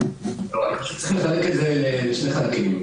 אני חושב שצריך לחלק את הדיון לשני חלקים: